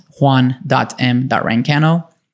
Juan.m.rancano